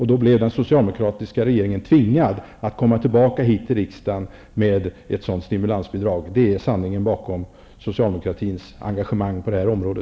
Och då blev den socialdemokratiska regeringen tvingad att komma tillbaka till riksdagen med förslag till ett sådant stimulansbidrag. Det är sanningen bakom socialdemokratins engagemang på detta område.